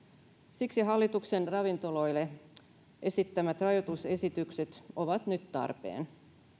siksi hallituksen ravintoloille esittämät rajoitusesitykset ovat nyt tarpeen